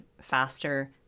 faster